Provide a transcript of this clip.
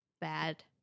bad